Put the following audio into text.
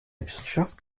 wissenschaft